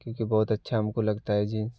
क्योंकि बहुत अच्छा हमको लगता है जींस